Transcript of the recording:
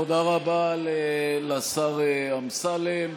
תודה רבה לשר אמסלם.